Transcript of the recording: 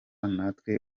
natwe